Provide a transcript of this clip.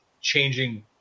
changing